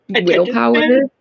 willpower